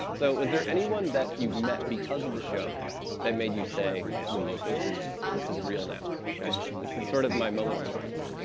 so was there anyone that you've met because of the show that made you say, like, whoa, this is this is real now? like this is sort of my moment of arrival.